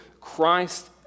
Christ